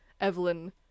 Evelyn